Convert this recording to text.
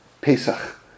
Pesach